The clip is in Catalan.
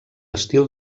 estil